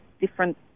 different